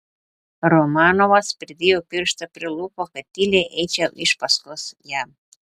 romanovas pridėjo pirštą prie lūpų kad tyliai eičiau iš paskos jam